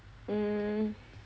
hmm